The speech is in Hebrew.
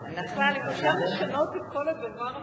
אם אפשר לשנות את כל זה זה נורא.